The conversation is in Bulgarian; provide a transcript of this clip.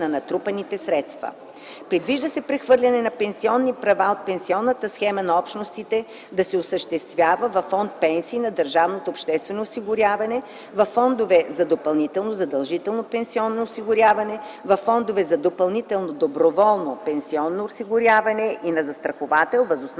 на натрупаните средства. Предвижда се прехвърлянето на пенсионни права от пенсионната схема на общностите да се осъществява във Фонд „Пенсии” на държавното обществено осигуряване, във фондове за допълнително задължително пенсионно осигуряване, във фондове за допълнително доброволно пенсионно осигуряване и на застраховател въз основа